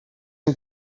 een